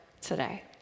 today